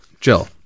Jill